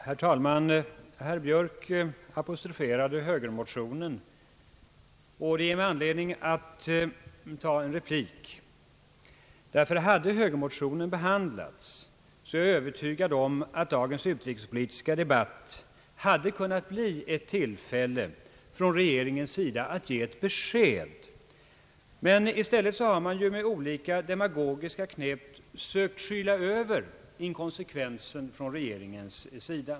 Herr talman! Herr Björk apostroferade högermotionen, och det ger mig anledning till en replik. Hade högermotionen behandlats, så är jag övertygad om att dagens utrikespolitiska debatt hade kunnat bli ett tillfälle för regeringen att ge ett besked. I stället har regeringen med olika demagogiska knep sökt skyla över sitt inkonsekventa handlande.